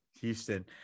Houston